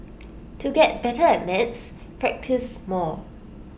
to get better at maths practice more